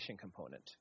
component